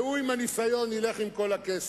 והוא עם הניסיון ילך עם כל הכסף.